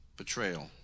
betrayal